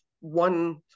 one